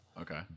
Okay